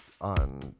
on